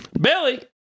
Billy